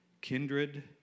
kindred